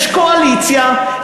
יש קואליציה,